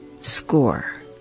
score